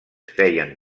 feien